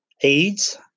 AIDS